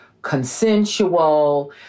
consensual